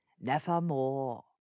Nevermore